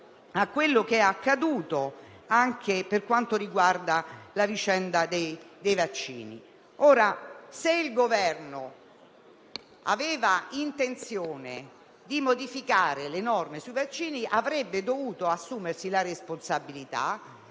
a quanto è accaduto per quanto riguarda la vicenda dei vaccini. Se il Governo aveva intenzione di modificare le norme sui vaccini, avrebbe dovuto assumersi la responsabilità